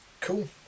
Cool